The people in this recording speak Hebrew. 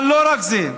אבל לא רק זה.